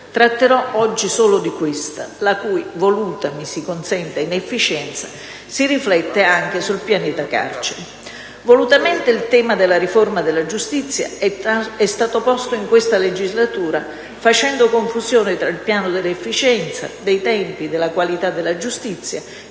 (tratterò oggi solo di questa) la cui (voluta) inefficienza si riflette anche sul pianeta carcere. Volutamente il tema della riforma della giustizia è stato posto in questa legislatura facendo confusione tra il piano dell'efficienza, dei tempi, della qualità della giustizia